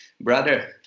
Brother